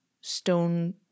stone